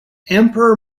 emperor